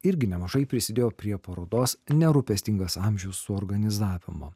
irgi nemažai prisidėjo prie parodos nerūpestingas amžius suorganizavimo